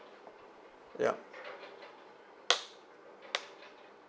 yup